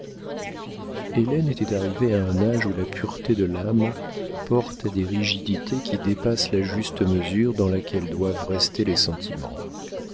était arrivée à un âge où la pureté de l'âme porte à des rigidités qui dépassent la juste mesure dans laquelle doivent rester les sentiments